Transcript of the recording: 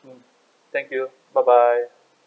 mm thank you bye bye